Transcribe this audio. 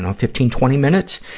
and fifteen, twenty minutes.